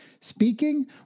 Speaking